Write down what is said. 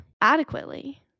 adequately